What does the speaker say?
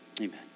Amen